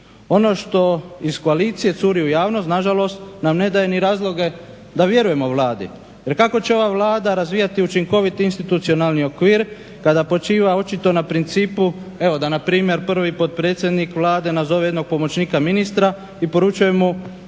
Ono što iz koalicije curi u javnost na žalost nam ne daje ni razloge da vjerujemo Vladi. Jer kako će ova Vlada razvijati učinkoviti institucionalni okvir kada počiva očito na principu evo da na primjer prvi potpredsjednik Vlade nazove jednog pomoćnika ministra i poručuje mu